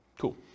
Cool